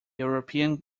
european